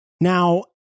Now